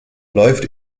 läuft